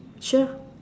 sure